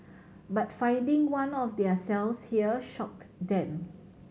but finding one of their cells here shocked them